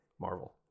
Marvel